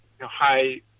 high